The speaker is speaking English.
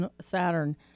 Saturn